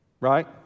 right